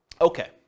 Okay